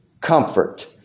comfort